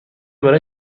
برای